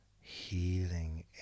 Healing